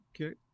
Okay